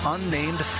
Unnamed